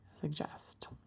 suggest